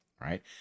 right